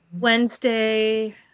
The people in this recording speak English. Wednesday